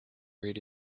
read